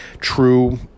true